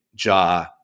Ja